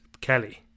Kelly